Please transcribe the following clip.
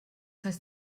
heißt